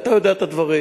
ואתה יודע את הדברים.